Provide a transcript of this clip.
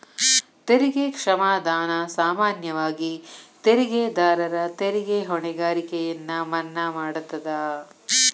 ತೆರಿಗೆ ಕ್ಷಮಾದಾನ ಸಾಮಾನ್ಯವಾಗಿ ತೆರಿಗೆದಾರರ ತೆರಿಗೆ ಹೊಣೆಗಾರಿಕೆಯನ್ನ ಮನ್ನಾ ಮಾಡತದ